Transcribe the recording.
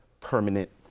permanent